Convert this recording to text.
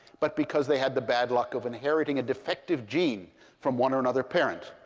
but because they had the bad luck of inheriting a defective gene from one or another parent.